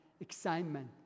excitement